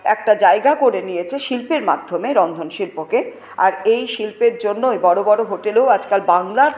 একটা জায়গা করে নিয়েছে শিল্পের মাধ্যমে রন্ধনশিল্পকে আর এই শিল্পের জন্যই বড়ো বড়ো হোটেলেও আজকাল বাংলার